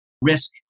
risk